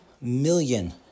million